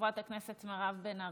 חברת הכנסת מירב בן ארי,